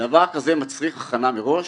'דבר כזה מצריך הכנה מראש